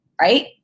Right